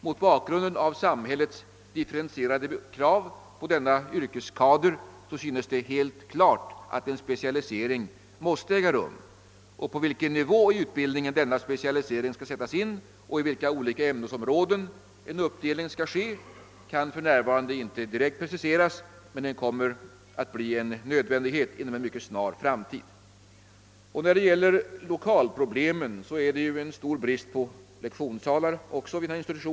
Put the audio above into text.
Mot bakgrunden av samhällets differentierade krav på denna kader synes det helt klart att en specialisering måste äga rum. På vilken nivå i utbildningen denna specialisering skall sättas in och i vilka olika ämnesområden en uppdelning skall ske kan för närvarande inte direkt preciseras, men den kommer att bli en nödvändighet inom en mycket snar framtid. Beträffande institutionens lokalförhållanden kan jag nämna att det föreligger en stor brist på lektionssalar.